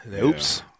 Oops